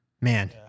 man